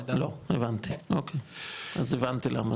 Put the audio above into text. לא, הבנתי, אז הבנתי למה.